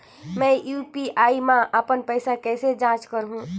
मैं यू.पी.आई मा अपन पइसा कइसे जांच करहु?